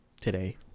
today